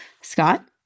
Scott